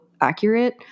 accurate